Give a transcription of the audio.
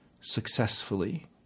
successfully